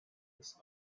case